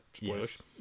yes